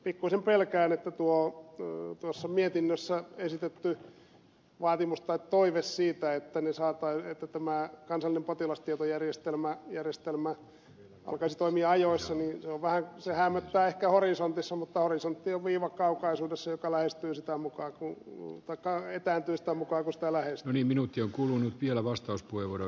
pikkuisen pelkään että mietinnössä esitetty vaatimus tai toive siitä että tämä kansallinen potilastietojärjestelmä alkaisi toimia ajoissa häämöttää ehkä horisontissa mutta horisontti on viiva kaukaisuudessa joka etääntyy sitä mukaa kuin tuupata heittäytymistä mukaan koska lähes miniminut jo kulunut sitä lähestytään